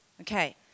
Okay